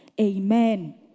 Amen